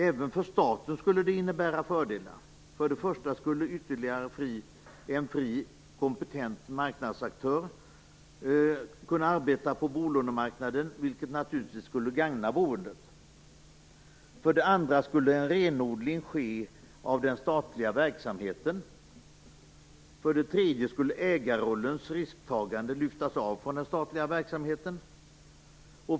Även för staten skulle det innebära fördelar: För det första skulle ytterligare en fri kompetent marknadsaktör kunna arbeta på bolånemarknaden, vilket naturligtvis skulle gagna boendet. För det andra skulle en renodling ske av den statliga verksamheten. För det tredje skulle ägarrollens risktagande lyftas av från den statliga verksamheten.